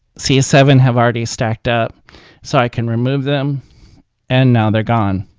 see seven have already stacked up so i can remove them and now they're gone.